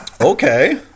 okay